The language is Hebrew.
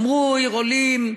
אמרו עיר עולים,